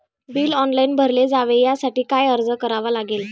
Bill online भरले जावे यासाठी काय अर्ज करावा लागेल?